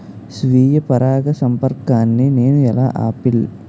స్వీయ పరాగసంపర్కాన్ని నేను ఎలా ఆపిల్?